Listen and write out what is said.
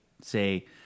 say